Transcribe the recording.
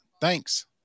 Thanks